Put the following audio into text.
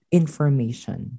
information